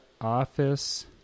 Office